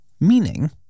Meaning